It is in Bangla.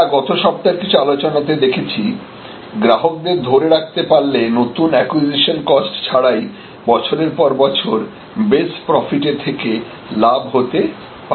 আমরা গত সপ্তাহের কিছু আলোচনাতে দেখেছি গ্রাহকদের ধরে রাখতে পারলে নতুন অ্যাকুইজিশন কস্ট ছাড়াই বছরের পর বছর বেস প্রফিট এ থেকে লাভ হতে থাকবে